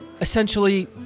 essentially